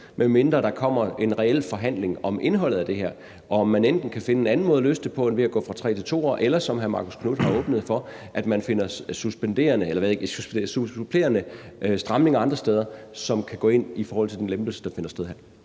medmindre der kommer en reel forhandling om indholdet af det her og man enten kan finde en anden måde at løse det på end ved at gå fra 3 til 2 år eller, som hr. Marcus Knuth har åbnet for, at man finder supplerende stramninger andre steder, som kan gå ind i forhold til den lempelse, der finder sted her.